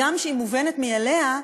הגם שהיא מובנת מאליה,